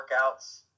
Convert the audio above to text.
workouts